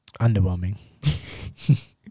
Underwhelming